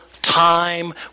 time